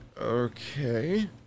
okay